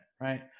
right